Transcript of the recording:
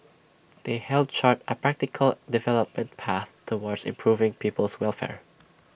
they help chart A practical development path towards improving people's welfare